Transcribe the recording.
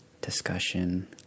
discussion